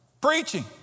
Preaching